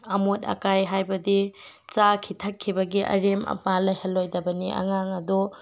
ꯑꯃꯣꯠ ꯑꯀꯥꯏ ꯍꯥꯏꯕꯗꯤ ꯆꯥꯈꯤ ꯊꯛꯈꯤꯕꯒꯤ ꯑꯔꯦꯝ ꯑꯄꯥ ꯂꯩꯍꯜꯂꯣꯏꯗꯕꯅꯤ ꯑꯉꯥꯡ ꯑꯗꯨ